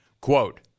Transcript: quote